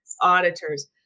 auditors